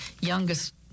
youngest